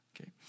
okay